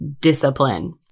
discipline